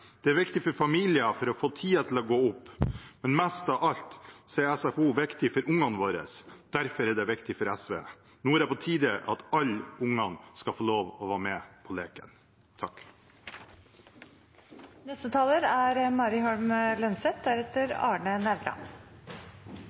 Det er viktig for familier for å få tiden til å gå opp, men mest av alt er SFO viktig for ungene våre. Derfor er det viktig for SV. Nå er det på tide at alle unger skal få lov å være med på leken.